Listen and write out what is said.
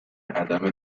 عدم